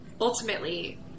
ultimately